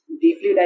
deeply